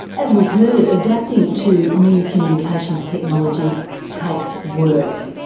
as we've heard, adapting to new communications technologies takes work.